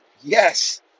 Yes